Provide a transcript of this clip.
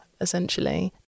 essentially